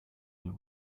der